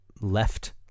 left